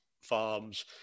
farms